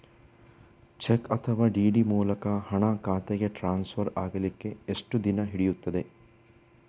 Check ಅಥವಾ DD ಮೂಲಕ ಹಣ ಖಾತೆಗೆ ಟ್ರಾನ್ಸ್ಫರ್ ಆಗಲಿಕ್ಕೆ ಎಷ್ಟು ದಿನ ಹಿಡಿಯುತ್ತದೆ?